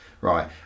Right